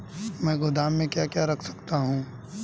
मैं गोदाम में क्या क्या रख सकता हूँ?